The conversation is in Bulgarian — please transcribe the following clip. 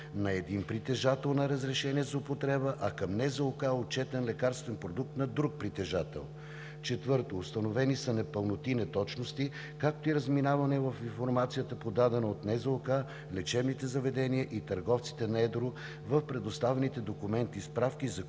на един притежател на разрешение за употреба, а към НЗОК е отчетен лекарствен продукт на друг притежател. 4. Установени са непълноти и неточности, както и разминаване в информацията, подадена от НЗОК, лечебните заведения и търговците на едро, в предоставените документи и справки, за които